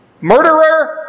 Murderer